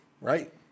Right